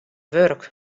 wurk